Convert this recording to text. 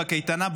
בקייטנה,